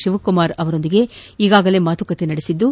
ಶಿವಕಮಾರ್ ಅವರೊಂದಿಗೆ ಈಗಾಗಲೇ ಮಾತುಕತೆ ನಡೆಸಿದ್ದು